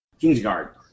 Kingsguard